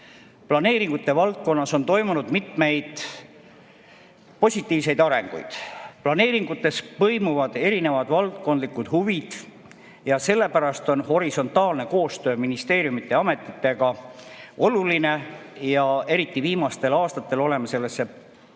Planeeringute valdkonnas on toimunud mitmeid positiivseid arengusuundi. Planeeringutes põimuvad erinevad valdkondlikud huvid, sellepärast on horisontaalne koostöö ministeeriumide ja ametitega oluline. Eriti viimastel aastatel oleme sellesse panustanud